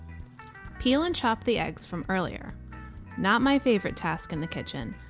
peel and chop the eggs from earlier not my favorite task in the kitchen,